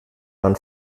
man